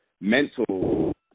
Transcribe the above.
mental